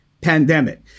pandemic